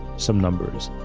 some numbers.